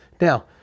Now